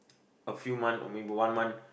a few month or maybe one month